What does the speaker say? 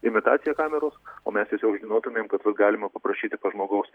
imitacija kameros o mes tiesiog žinotumėm kad bus galima paprašyti žmogaus